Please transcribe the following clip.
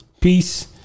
Peace